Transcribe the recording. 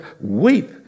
weep